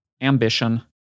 ambition